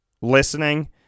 listening